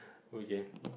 okay